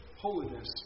holiness